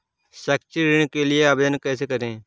शैक्षिक ऋण के लिए आवेदन कैसे करें?